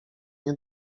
nie